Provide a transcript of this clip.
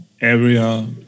area